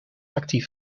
actief